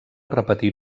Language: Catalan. repetir